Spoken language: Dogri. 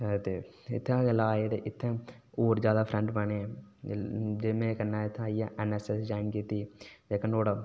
ते इत्थै अस जिसलै आए ते इत्थै होर जैदा फ्रैंड बने जिसदे कन्नै इत्थै आइयै ऐन्नऐस्सऐस्स ज्वाइन कीती